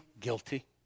Guilty